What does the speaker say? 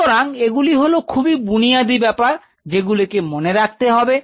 সুতরাং এগুলি হলো খুবই বুনিয়াদি ব্যাপার যেগুলোকে মনে রাখতে হবে